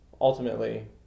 ultimately